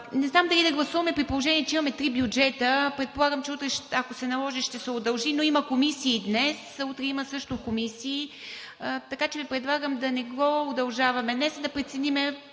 Не знам дали да гласуваме, при положение че имаме три бюджета. Предполагам, че утре, ако се наложи, ще се удължи, но днес има комисии, утре – също. Така че предлагам да не го удължаваме днес и да преценим